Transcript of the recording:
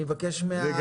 אני אבקש לראות את זה.